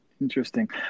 Interesting